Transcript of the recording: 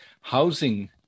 housing